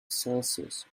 celsius